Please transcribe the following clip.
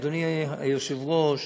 אדוני היושב-ראש,